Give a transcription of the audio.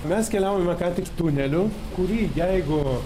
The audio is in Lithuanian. mes keliavome ką tik tuneliu kurį jeigu